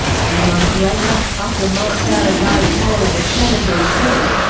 a few months later, after mark fowler died following a shamateur event,